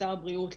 לשר הבריאות,